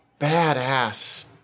badass